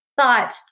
thought